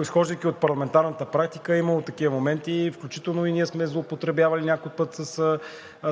изхождайки от парламентарната практика, е имало такива моменти, включително и ние сме злоупотребявали някой път с